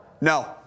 No